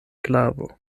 glavo